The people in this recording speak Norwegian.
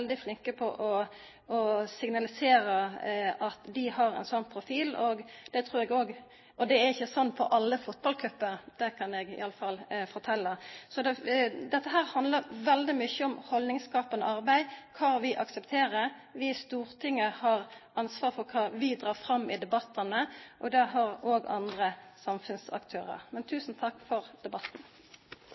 flinke til å signalisera at dei har ein sånn profil. Det er ikkje sånn på alle fotballcupar – det kan eg i alle fall fortelja. Dette handlar veldig mykje om haldningsskapande arbeid, om kva vi aksepterer. Vi i Stortinget har ansvar for kva vi dreg fram i debattane, og det har òg andre samfunnsaktørar. Tusen takk for debatten.